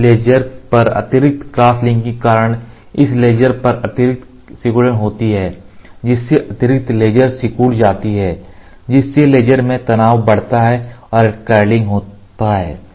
इस लेयर पर अतिरिक्त क्रॉसलिंक के कारण इस लेयर पर अतिरिक्त सिकुड़न होती है जिससे अतिरिक्त लेयर सिकुड़ जाती है जिससे लेयर में तनाव बढ़ता है और कर्लिंग होता है